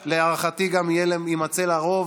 להערכתי, גם יימצא לה רוב.